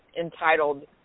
entitled